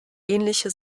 ähnliche